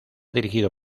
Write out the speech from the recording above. dirigido